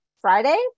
Friday